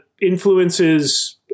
influences